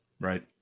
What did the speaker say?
Right